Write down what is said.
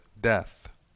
death